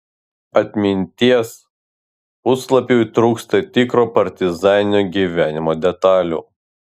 atminties puslapiui trūksta tikro partizaninio gyvenimo detalių